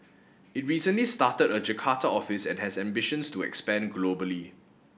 it recently started a Jakarta office and has ambitions to expand globally